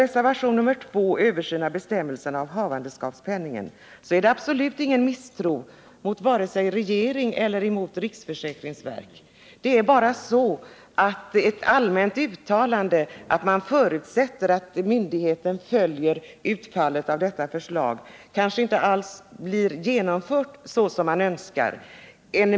Reservationen 2 beträffande översyn av bestämmelserna av havandeskapspenning innebär absolut ingen misstro mot vare sig regeringen eller riksförsäkringsverket. Det är bara så att ett allmänt uttalande att man förutsätter att myndigheten följer utfallet av detta beslut kanske inte får den effekt vi önskar.